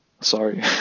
sorry